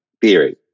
theory